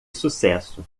sucesso